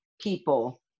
people